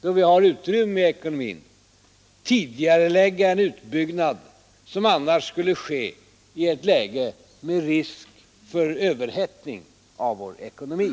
då vi har utrymme i ekonomin, tidigarelägga en utbyggnad som annars skulle ske i ett läge med risk för överhettning av vår ekonomi.